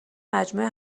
مجموعه